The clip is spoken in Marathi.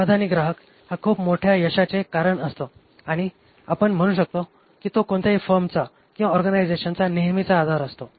समाधानी ग्राहक हा खूप मोठ्या यशाचे कारण असतो आणि आपण म्हणू शकतो की तो कोणत्याही फर्मचा किंवा ऑर्गनायझेशनचा नेहमीचा आधार असतो